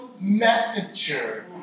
messenger